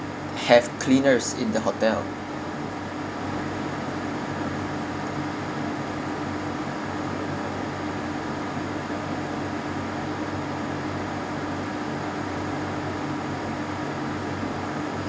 have cleaners in the hotel